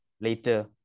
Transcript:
later